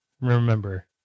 remember